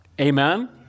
Amen